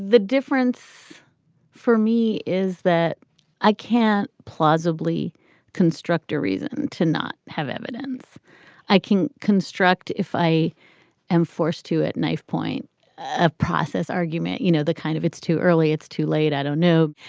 difference for me is that i can't plausibly construct a reason to not have evidence i can construct if i am forced to at knife point of process argument. you know, the kind of. it's too early. it's too late. i don't know.